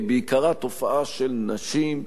היא בעיקרה תופעה של נשים,